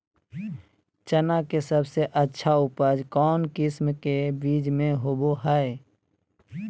चना के सबसे अच्छा उपज कौन किस्म के बीच में होबो हय?